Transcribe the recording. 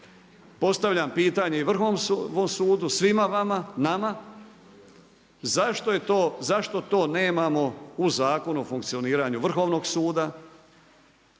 Postavljam pitanje i Vrhovnom sudu, svima vama, nama, zašto to nemamo u zakonu o funkcioniranju Vrhovnog suda?